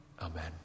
Amen